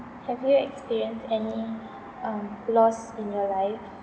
have you experienced any um loss in your life